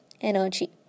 energy